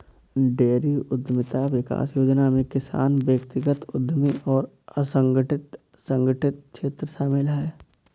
dairy उद्यमिता विकास योजना में किसान व्यक्तिगत उद्यमी और असंगठित संगठित क्षेत्र शामिल है